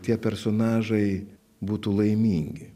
tie personažai būtų laimingi